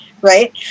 right